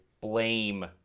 blame